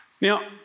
Now